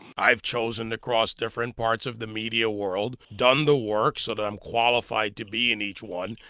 i've chosen to cross different parts of the media world, done the work so that i'm qualified to be in each one.